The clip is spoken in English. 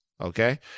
Okay